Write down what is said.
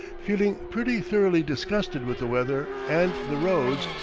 feeling pretty thoroughly disgusted with the weather and the roads,